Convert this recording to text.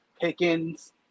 Pickens